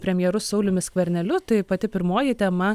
premjeru sauliumi skverneliu tai pati pirmoji tema